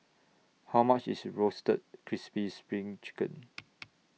How much IS Roasted Crispy SPRING Chicken